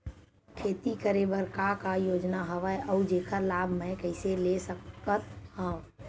खेती करे बर का का योजना हवय अउ जेखर लाभ मैं कइसे ले सकत हव?